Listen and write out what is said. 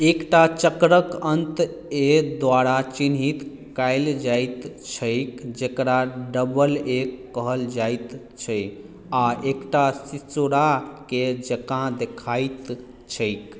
एकटा चक्रक अंत ए द्वारा चिह्नित कयल जाइत छैक जकरा डबल ए कहल जाइत छैक आ एकटा सीसुराके जेकाँ देखाइत छैक